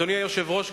אדוני היושב-ראש,